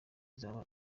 izaba